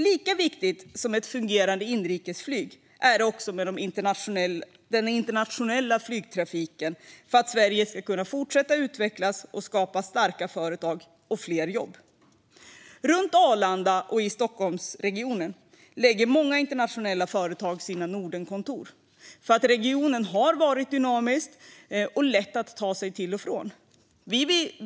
Lika viktig som ett fungerande inrikesflyg är den internationella flygtrafiken, för att Sverige ska kunna utvecklas och skapa starka företag och fler jobb. Många internationella företag lägger sina Nordenkontor runt Arlanda och i Stockholmsregionen, eftersom regionen har varit dynamisk och lätt att ta sig till och från.